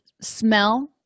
smell